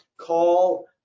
call